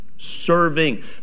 Serving